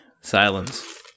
Silence